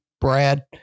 Brad